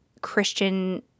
Christian